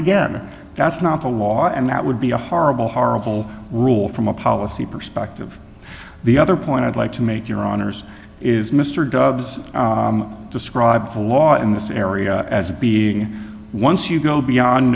again that's not the law and that would be a horrible horrible rule from a policy perspective the other point i'd like to make your honour's is mr dobbs described the law in this area as being once you go beyond